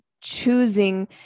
choosing